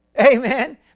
Amen